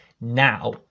now